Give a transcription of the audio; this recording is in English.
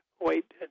wait